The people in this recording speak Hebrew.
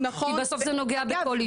כי בסוף זה נוגע בכל אישה.